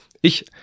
Ich